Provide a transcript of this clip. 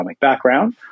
background